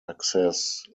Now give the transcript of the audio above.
access